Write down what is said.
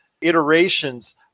iterations